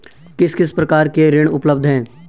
किस किस प्रकार के ऋण उपलब्ध हैं?